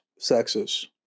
sexist